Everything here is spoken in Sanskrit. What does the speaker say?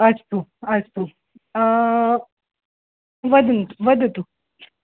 अस्तु अस्तु वदन्तु वदतु